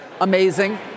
Amazing